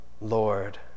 Lord